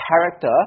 character